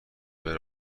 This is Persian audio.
بره